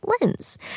lens